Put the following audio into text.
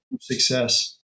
success